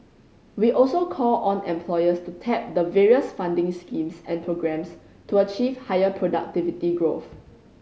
we also call on employers to tap the various funding schemes and programmes to achieve higher productivity growth